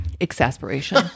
exasperation